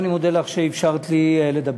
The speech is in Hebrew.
אני מודה לך על כך שאפשרת לי לדבר.